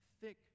thick